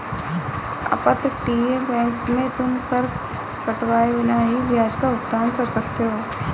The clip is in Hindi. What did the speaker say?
अपतटीय बैंक में तुम कर कटवाए बिना ही ब्याज का भुगतान कर सकते हो